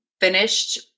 finished